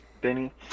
Benny